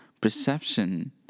perception